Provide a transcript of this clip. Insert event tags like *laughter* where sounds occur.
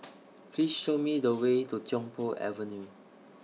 *noise* Please Show Me The Way to Tiong Poh Avenue